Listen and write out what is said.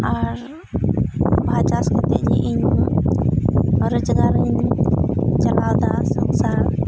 ᱟᱨ ᱵᱟᱦᱟ ᱪᱟᱥ ᱠᱟᱛᱮᱫ ᱜᱮ ᱤᱧ ᱨᱚᱡᱽᱜᱟᱨᱟᱹᱧ ᱪᱟᱞᱟᱣᱮᱫᱟ ᱥᱚᱝᱥᱟᱨ